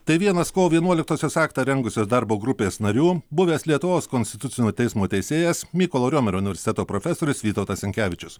tai vienas kovo vienuoliktosios aktą rengusio darbo grupės narių buvęs lietuvos konstitucinio teismo teisėjas mykolo romerio universiteto profesorius vytautas sinkevičius